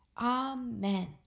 amen